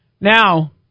Now